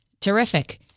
Terrific